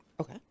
Okay